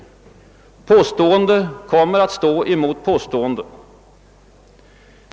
Påstående kommer att stå emot påstående.